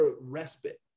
respite